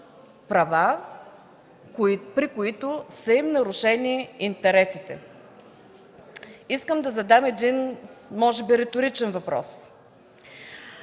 права, при които са нарушени интересите им. Искам да задам един може би риторичен въпрос.